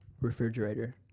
refrigerator